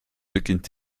beginnt